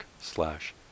slash